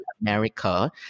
america